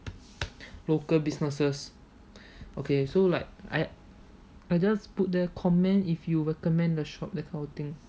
local businesses okay so like I I just put there comment if you recommend the shop that kind of thing